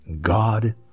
God